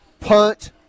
punt